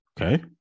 Okay